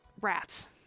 rats